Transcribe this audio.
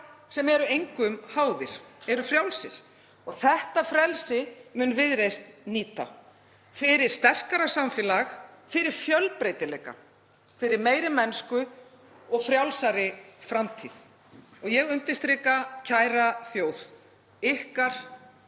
sem eru engum háðir, eru frjálsir. Það frelsi mun Viðreisn nýta. Fyrir sterkara samfélag, fyrir fjölbreytileika, fyrir meiri mennsku og frjálsari framtíð. Ég undirstrika, kæra þjóð: Ykkar